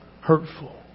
hurtful